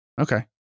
Okay